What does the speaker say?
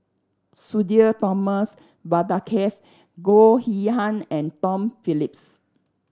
Sudhir Thomas Vadaketh Goh Yihan and Tom Phillips